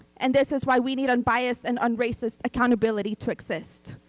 and this is why we need unbiased and unracist accountability to exist.